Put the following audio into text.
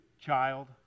child